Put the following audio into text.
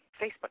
Facebook